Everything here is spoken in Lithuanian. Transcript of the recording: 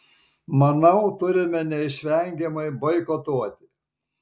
manau turime neišvengiamai boikotuoti